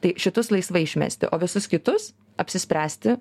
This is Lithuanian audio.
tai šitus laisvai išmesti o visus kitus apsispręsti